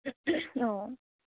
অঁ